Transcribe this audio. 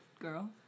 girl